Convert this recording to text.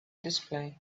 display